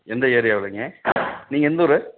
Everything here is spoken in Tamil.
எந்த ஏரியாவுலேங்க நீங்கள் எந்தூரு